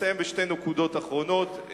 אסיים בשתי נקודות אחרונות,